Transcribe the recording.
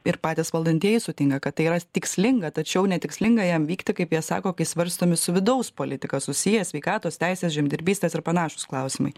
ir patys valdantieji sutinka kad tai yra tikslinga tačiau netikslinga jam vykti kaip jie sako kai svarstomi su vidaus politika susiję sveikatos teisės žemdirbystės ir panašūs klausimai